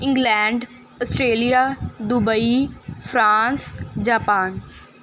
England Australia Dubai France Japan